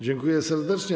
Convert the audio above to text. Dziękuję serdecznie.